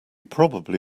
probably